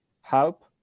help